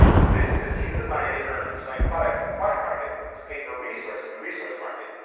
the businesses use the money they earn from selling products in the product market to pay for resources in the resource market,